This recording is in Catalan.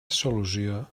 solució